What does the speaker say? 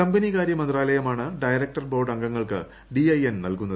കൃഷ്ണി കാര്യ മന്ത്രാലയമാണ് director board അംഗങ്ങൾക്ക് ഡിക്കുഎ്എ്ൻ നൽകുന്നത്